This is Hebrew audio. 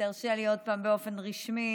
תרשה לי עוד פעם באופן רשמי